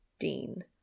Dean